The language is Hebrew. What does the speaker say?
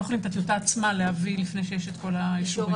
יכולים את הטיוטה להביא לפני שיש כל האישורים.